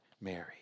Mary